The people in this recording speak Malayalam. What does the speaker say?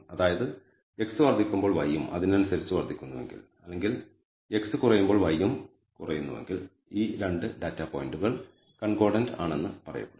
അതായത് x വർദ്ധിക്കുമ്പോൾ y യും അതിനനുസരിച്ച് വർദ്ധിക്കുന്നുവെങ്കിൽ അല്ലെങ്കിൽ x കുറയുമ്പോൾ y യും കുറയുന്നുവെങ്കിൽ ഈ 2 ഡാറ്റാ പോയിന്റുകൾ കൺകോർഡൻറ് ആണെന്ന് പറയപ്പെടുന്നു